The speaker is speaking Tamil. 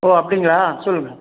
ஓ அப்படிங்களா சொல்லுங்கள்